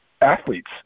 athletes